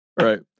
Right